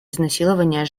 изнасилования